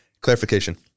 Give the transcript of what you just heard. clarification